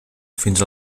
fins